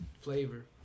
flavor